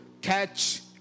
catch